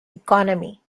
economy